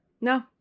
No